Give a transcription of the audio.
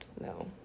No